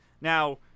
Now